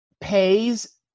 Pays